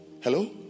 Hello